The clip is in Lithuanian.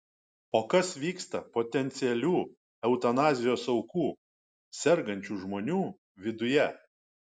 o kas vyksta potencialių eutanazijos aukų sergančių žmonių viduje